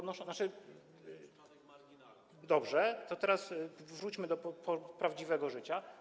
Dobrze, to teraz wróćmy do prawdziwego życia.